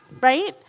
right